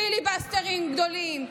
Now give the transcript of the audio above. פיליבסטרים גדולים,